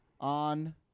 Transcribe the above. on